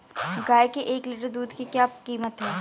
गाय के एक लीटर दूध की क्या कीमत है?